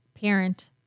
parent